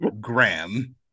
Graham